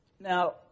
Now